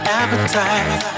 appetite